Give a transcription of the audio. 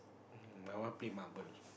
I want play marble